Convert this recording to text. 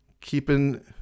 keeping